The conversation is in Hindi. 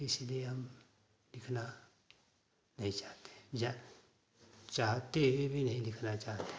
इसलिए हम लिखना नहीं चाहते हैं जा चाहते हुए भी नहीं लिखना चाहते हैं